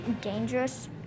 dangerous